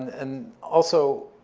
and also,